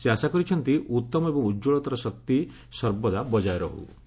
ସେ ଆଶା କରିଛନ୍ତି ଉତ୍ତମ ଏବଂ ଉଜ୍ଜଳତାର ଶକ୍ତି ସର୍ବଦା ବଜାୟ ରହ୍ତ